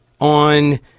on